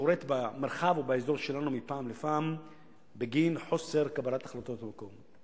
שקורית במרחב או באזור שלנו מפעם לפעם בגין חוסר קבלת החלטות במקום.